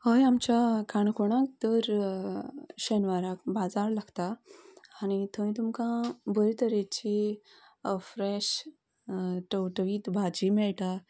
हय आमच्या काणकोणांत दर शेनवाराक बाजार लागता आनी थंय तुमकां बरें तरेची फ्रेश टवटवीत भाजी मेळटा